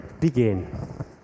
begin